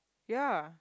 ya